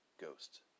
ghosts